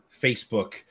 Facebook